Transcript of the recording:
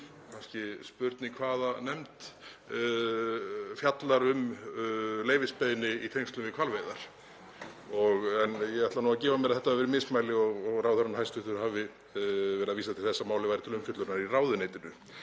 Kannski er spurning hvaða nefnd fjallar um leyfisbeiðni í tengslum við hvalveiðar. Ég ætla að gefa mér að þetta hafi verið mismæli og að hæstv. ráðherra hafi verið að vísa til þess að málið væri til umfjöllunar í ráðuneytinu.